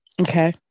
Okay